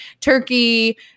turkey